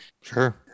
Sure